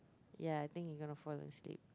ya I think you're gonna fall asleep